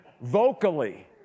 vocally